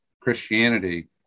Christianity